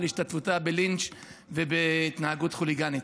על השתתפותה בלינץ' ובהתנהגות חוליגנית.